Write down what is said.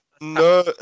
No